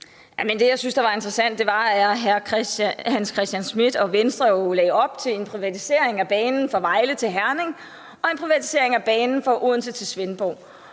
Det, jeg synes der er interessant, er, at hr. Hans Christian Schmidt og Venstre jo lægger op til en privatisering af banen fra Vejle til Herning og en privatisering af banen fra Odense til Svendborg.